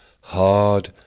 hard